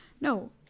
no